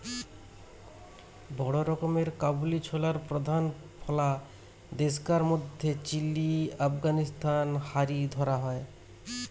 বড় রকমের কাবুলি ছোলার প্রধান ফলা দেশগার মধ্যে চিলি, আফগানিস্তান হারি ধরা হয়